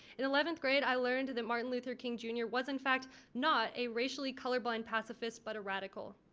in eleventh grade i learned that martin luther king jr. was in fact not a racially colorblind pacifist but a radical.